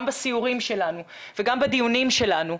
גם בסיורים שלנו וגם בדיונים שלנו,